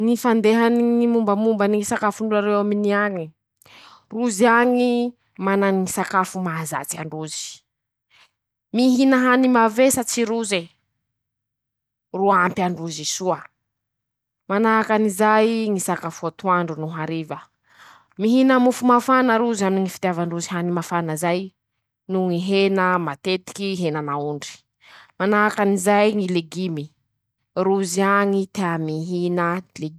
Ñy fandehany ñy mombamombany ñy sakafon'olo a Royaume-Uni añe: -Rozy añy ,manany ñy sakafo mahazatsy an-drozy ;mihina hany mavesatsy roze ,ro ampy an-drozy soa ;manahaky anizay ñy sakafo atoandro no hariva ;mihina mofo mafana rozy aminy ñy fitiavan-drozy hany mafana zay noho ñy hena matetiky henan'aondry ;manahaky anizay ñy legimy ,rozy añy tea mihina legimy.